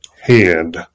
hand